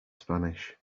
spanish